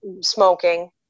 smoking